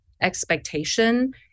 expectation